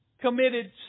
committed